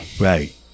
right